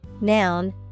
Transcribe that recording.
Noun